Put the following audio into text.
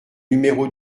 numéro